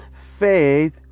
faith